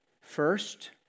First